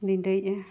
ᱵᱤᱰᱟᱹᱣᱮᱜᱼᱟ